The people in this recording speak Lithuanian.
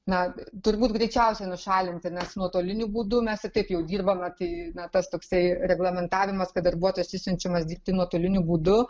na turbūt greičiausiai nušalinti nes nuotoliniu būdu mes ir taip jau dirbame tai na tas toksai reglamentavimas kad darbuotojas išsiunčiamas dirbti nuotoliniu būdu